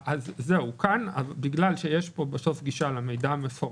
בגלל שיש בסוף גישה למידע המפורט,